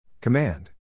Command